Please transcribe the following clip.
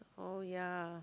oh ya